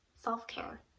self-care